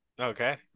Okay